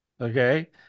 Okay